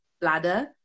bladder